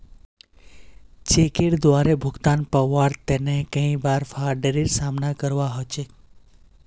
चेकेर द्वारे भुगतान पाबार तने कई बार फ्राडेर सामना करवा ह छेक